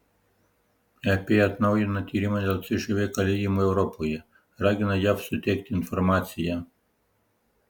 ep atnaujina tyrimą dėl cžv kalėjimų europoje ragina jav suteikti informaciją